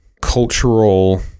cultural